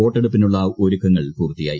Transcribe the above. വോട്ടെടുപ്പിനുള്ള ഒരുക്കങ്ങൾ പൂർത്തിയായി